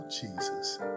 Jesus